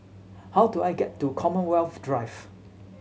how do I get to Commonwealth Drive